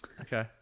Okay